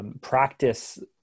practice